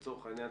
לצורך העניין,